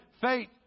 faith